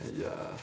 yeah